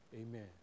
amen